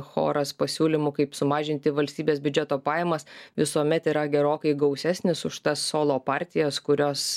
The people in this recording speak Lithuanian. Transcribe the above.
choras pasiūlymų kaip sumažinti valstybės biudžeto pajamas visuomet yra gerokai gausesnis už tas solo partijas kurios